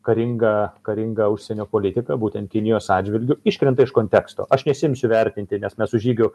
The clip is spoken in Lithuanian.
karinga karinga užsienio politika būtent kinijos atžvilgiu iškrenta iš konteksto aš nesiimsiu vertinti nes mes su žygiu